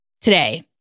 Today